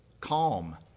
calm